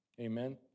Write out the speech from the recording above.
Amen